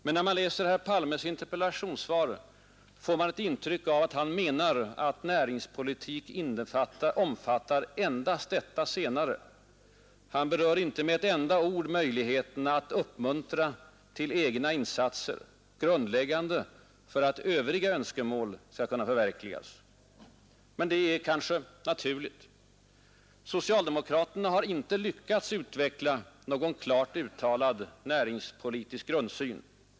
Men när man läser herr Palmes interpellationssvar får man ett intryck av att han menar att näringspolitik omfattar endast detta senare. Han berör inte med ett enda ord möjligheterna att uppmuntra till egna insatser, grundläggande för att övriga önskemål skall kunna förverkligas. Men det är kanske naturligt. Socialdemokraterna har inte lyckats utveckla någon klart uttalad näringspolitisk grundsyn.